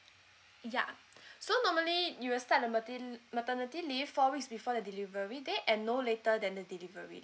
yeah so normally you will start the mater~ maternity leave four weeks before the delivery tdate and no later than the delivery